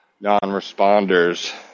non-responders